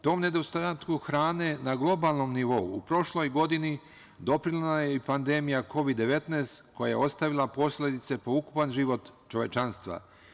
Tom nedostatku hrane na globalnom nivou u prošloj godini doprinela je i pandemija Kovid 19, koja je ostavila posledice po ukupan život čovečanstva.